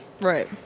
Right